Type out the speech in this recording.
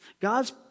God's